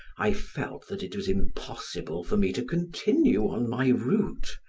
i felt that it was impossible for me to continue on my route,